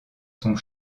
sont